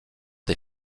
des